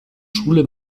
schule